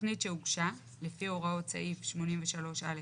תכנית שהוגשה לפי הוראות סעיף 83 (א')